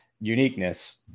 uniqueness